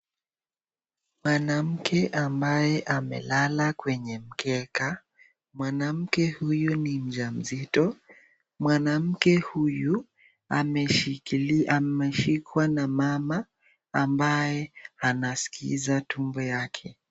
Mwanamke ambaye amelala kwenye mkeka. Mwanamke huyu ni mjamzito, mwanamke huyu ameshikwa na mama ambaye anaskiza tumbo yake.